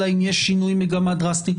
אלא אם יש שינוי מגמה דרסטי.